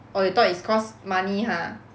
oh you thought is cause money ha